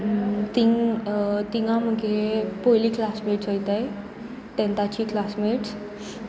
थंय थंय म्हजी पयलीं क्लासमेट्स वतात टँथाची क्लासमेट्स